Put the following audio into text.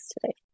today